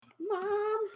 Mom